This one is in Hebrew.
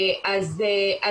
הזה.